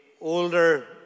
older